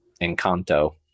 Encanto